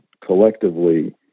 collectively